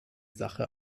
sache